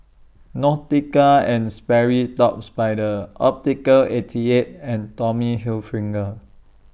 Nautica and Sperry Top Spider Optical eighty eight and Tommy